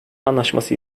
anlaşması